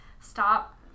stop